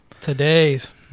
Today's